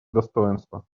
достоинства